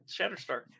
Shatterstar